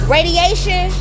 Radiation